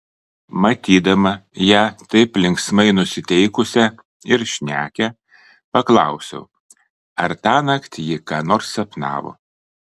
matydama ją taip linksmai nusiteikusią ir šnekią paklausiau ar tąnakt ji ką nors sapnavo